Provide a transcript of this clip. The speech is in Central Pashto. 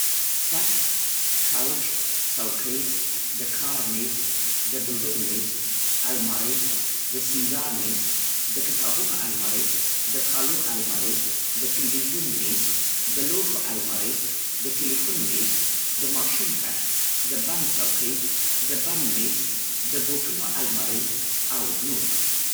کټ، کوچ، څوکۍ،، د کار مېز، د ډوډۍ مېز، المارۍ، د سینګار مېز، د کتابونو المارۍ،، د تلویزیون مېز، د لوښو المارۍ،، د ټلیفون مېز، د ماشوم کټ، د بڼ څوکۍ، د بڼ مېز، د بوټونو المارۍ او نور.